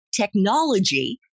technology